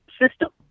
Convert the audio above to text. system